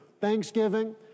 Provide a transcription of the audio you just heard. Thanksgiving